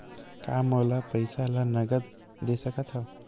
का मोला पईसा ला नगद दे सकत हव?